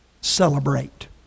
celebrate